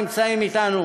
נמצאים איתנו,